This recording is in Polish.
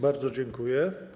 Bardzo dziękuję.